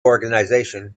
organization